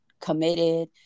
committed